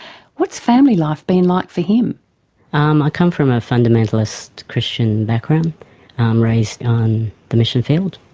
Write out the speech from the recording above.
what's family life been like for him? um i come from a fundamentalist christian background um raised on the mission field.